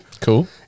Cool